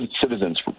citizens